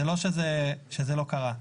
זה לא שזה לא קרה.